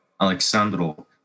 Alexandro